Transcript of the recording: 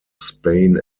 spain